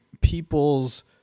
people's